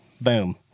boom